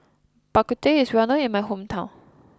Bak Ku Teh is well known in my hometown